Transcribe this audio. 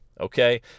okay